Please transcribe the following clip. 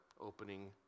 opening